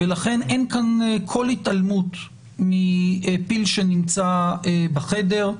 ולכן, אין כאן כל התעלמות מפיל שנמצא בחדר.